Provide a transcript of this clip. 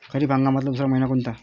खरीप हंगामातला दुसरा मइना कोनता?